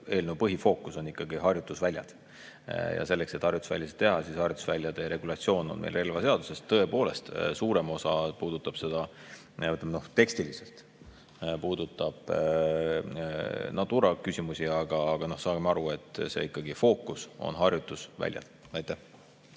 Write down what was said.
eelnõu põhifookus on harjutusväljad. Ja selleks, et harjutusväljasid teha, harjutusväljade regulatsioon on meil relvaseaduses. Tõepoolest, suurem osa, ütleme, tekstiliselt puudutab Natura küsimusi, aga saagem aru, et fookus on harjutusväljad. Aitäh!